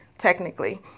Technically